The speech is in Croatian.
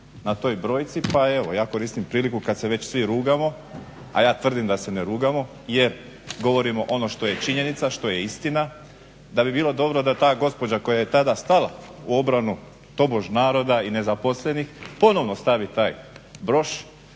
na toj brojci. Pa evo ja koristim priliku, kad se već svi rugamo, a ja tvrdim da se ne rugamo, jer govorimo ono što je činjenica, što je istina, da bi bilo dobro da ta gospođa koja je tada stala u obranu tobože naroda i nezaposlenih, ponovno stavi taj broš.